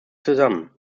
zusammen